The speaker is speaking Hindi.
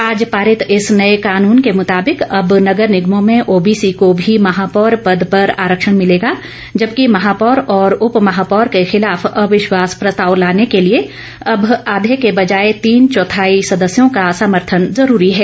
आज पारित इस नए कानून के मुताबिक अब नगर निगमों में ओबीसी को भी महापौर पद पर आरक्षण मिलेगा जबकि महापौर और उपमहापौर के खिलाफ अविश्वास प्रस्ताव लाने के लिए अब आधे के बजाय तीन चौथाई सदस्यों का समर्थन जरूरी है